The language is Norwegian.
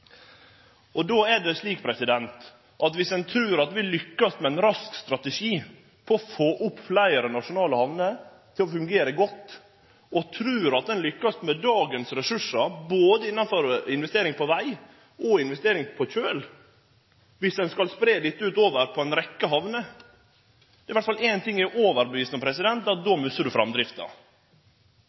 Viss ein trur at vi lykkast med ein rask strategi for å få fleire nasjonale hamner til å fungere godt, og trur at ein med dagens ressursar kan lykkast innafor både investeringar på veg og investeringar på kjøl, om ein skal spreie dette utover ei rekkje hamner, vil eg seie at då mister ein framdrifta – det er eg er overtydd om. Viss det er slik at